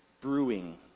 brewing